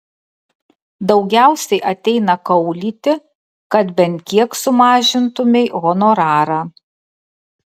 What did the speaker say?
daugiausiai ateina kaulyti kad bent kiek sumažintumei honorarą